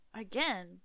again